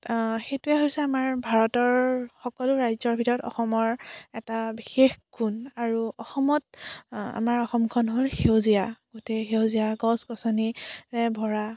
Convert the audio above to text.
সেইটোৱে হৈছে আমাৰ ভাৰতৰ সকলো ৰাজ্যৰ ভিতৰত অসমৰ এটা বিশেষ গুণ আৰু অসমত আমাৰ অসমখন হ'ল সেউজীয়া গোটেই সেউজীয়া গছ গছনিৰে ভৰা